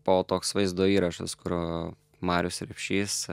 buvo toks vaizdo įrašas kurio marius repšys